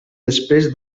després